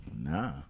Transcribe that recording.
Nah